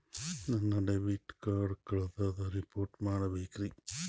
ನನ್ನ debit card ಕಳ್ದದ report ಮಾಡಬೇಕ್ರಿ